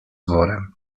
worem